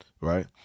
right